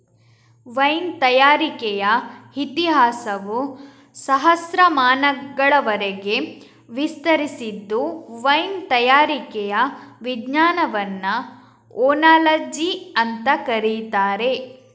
wine ತಯಾರಿಕೆಯ ಇತಿಹಾಸವು ಸಹಸ್ರಮಾನಗಳವರೆಗೆ ವಿಸ್ತರಿಸಿದ್ದು ವೈನ್ ತಯಾರಿಕೆಯ ವಿಜ್ಞಾನವನ್ನ ಓನಾಲಜಿ ಅಂತ ಕರೀತಾರೆ